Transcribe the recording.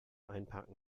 einparken